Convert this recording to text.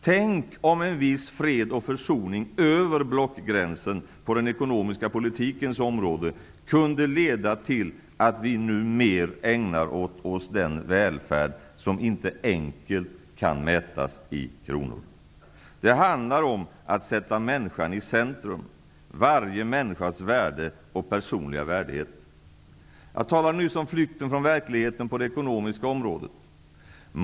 Tänk om en viss fred och försoning över blockgränsen på den ekonomiska politikens område kunde leda till att vi mer ägnar oss åt den välfärd som inte enkelt kan mätas i kronor. Det handlar om att sätta människan i centrum, varje människas värde och personliga värdighet. Jag talade nyss om flykten från verkligheten på det ekonomiska området.